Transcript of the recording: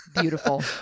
Beautiful